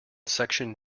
section